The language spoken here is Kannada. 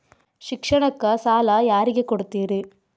ಶಿಕ್ಷಣಕ್ಕ ಸಾಲ ಯಾರಿಗೆ ಕೊಡ್ತೇರಿ?